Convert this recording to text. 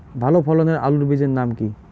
ভালো ফলনের আলুর বীজের নাম কি?